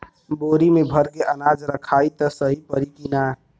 बोरी में भर के अनाज रखायी त सही परी की ना?